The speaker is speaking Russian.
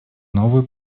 новую